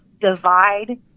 divide